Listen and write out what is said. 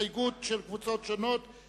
ההסתייגות לחלופין (3) של קבוצת סיעת קדימה לסעיף 125(4)